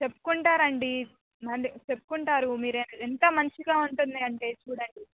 చెప్పుకుంటారండి చెప్పుకుంటారు మీరు ఎంత మంచిగా ఉంటుంది అంటే చూడండి